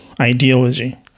ideology